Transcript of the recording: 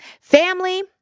family